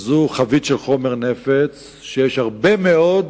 זאת חבית של חומר נפץ שיש הרבה מאוד